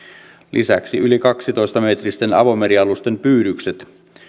lisäksi yli kaksitoista metristen avomerialusten pyydykset